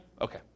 Okay